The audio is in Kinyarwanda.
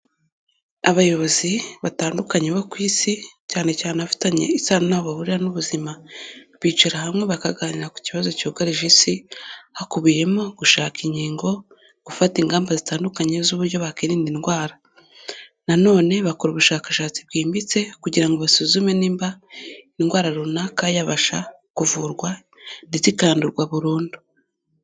Abayobozi batandukanye bo ku isi, cyane cyane abafitanye isano n'aho bahurira n'ubuzima, bicara hamwe bakaganira ku kibazo cyugarije isi, hakubiyemo gushaka inkingo, gufata ingamba zitandukanye z'uburyo bakwirinda indwara. Na none bakora ubushakashatsi bwimbitse kugira ngo basuzume niba indwara runaka yabasha kuvurwa ndetse ikarandurwa burundu.